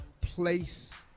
place